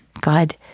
God